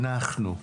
אנחנו,